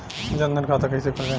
जनधन खाता कइसे खुली?